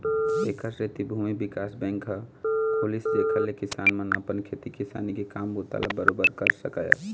ऐखर सेती भूमि बिकास बेंक ह खुलिस जेखर ले किसान मन अपन खेती किसानी के काम बूता ल बरोबर कर सकय